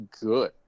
good